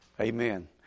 Amen